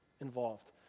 involved